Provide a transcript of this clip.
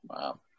Wow